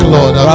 Lord